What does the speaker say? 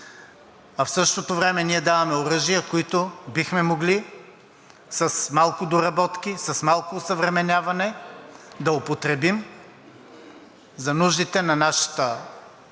А в същото време ние даваме оръжия, които бихме могли с малко доработки, с малко осъвременяване да употребим за нуждите на нашата и